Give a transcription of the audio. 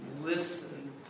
Listen